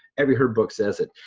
every herb book says it.